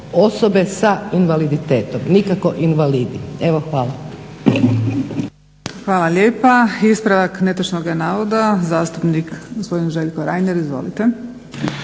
Osobe sa invaliditetom, nikako invalidi. Evo hvala.